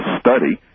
study